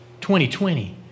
2020